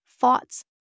thoughts